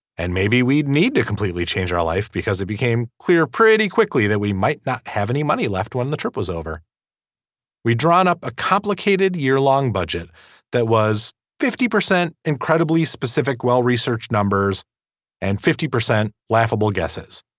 and maybe we'd need to completely change our life because it became clear pretty quickly that we might not have any money left when the trip was over we drawn up a complicated complicated year long budget that was fifty percent incredibly specific well research numbers and fifty percent laughable guesses.